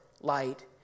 light